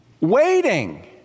waiting